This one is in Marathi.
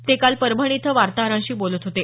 ते काल परभणी इथं वार्ताहरांशी बोलत होते